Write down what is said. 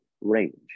range